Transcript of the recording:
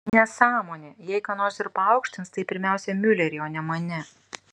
nesąmonė jei ką nors ir paaukštins tai pirmiausia miulerį o ne mane